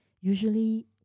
Usually